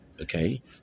okay